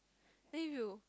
then if you